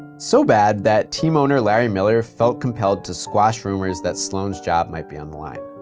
so bad that team owner larry miller felt compelled to squash rumors that sloan's job might be on the line.